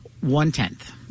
one-tenth